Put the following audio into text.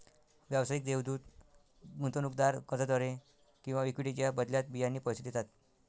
व्यावसायिक देवदूत गुंतवणूकदार कर्जाद्वारे किंवा इक्विटीच्या बदल्यात बियाणे पैसे देतात